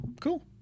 Cool